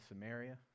Samaria